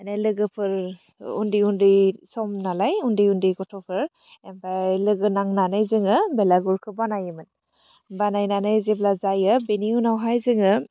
मानि लोगोफोर उन्दै उन्दै सम नालाय उन्दै उन्दै गथ'फोर ओमफाय लोगो नांनानै जोङो बेलागुरखौ बानायोमोन बानायनानै जेब्ला जायो बेनि उनावहाय जोङो